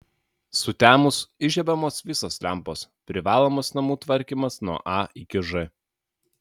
sutemus įžiebiamos visos lempos privalomas namų tvarkymas nuo a iki ž